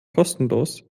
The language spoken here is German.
kostenlos